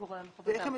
גורע מחובתם.